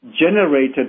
generated